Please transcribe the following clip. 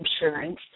insurance